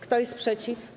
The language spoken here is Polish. Kto jest przeciw?